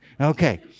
Okay